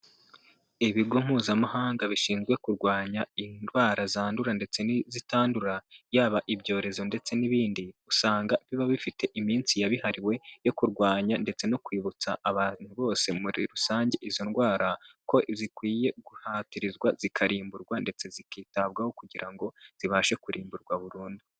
Ibigo mpuzamahanga bishinzwe kurwanya indwara zandura ndetse n'izitandura, yaba ibyorezo ndetse n'ibindi, usanga biba bifite iminsi yabihariwe, yo kurwanya ndetse no kwibutsa abantu bose muri rusange izo ndwara, ko zikwiye guhatirizwa zikarimburwa, ndetse zikitabwaho kugira ngo zibashe kurimburwa burundu.